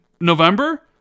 November